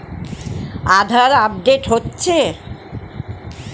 আধার update হচ্ছে?